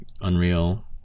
Unreal